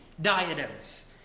diadems